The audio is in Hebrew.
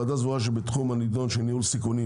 הוועדה סבורה שבתחום הנידון של ניהול סיכונים